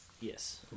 Yes